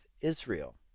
Israel